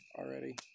already